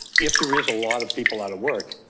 if there is a lot of people out of work,